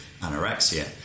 anorexia